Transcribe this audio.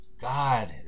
God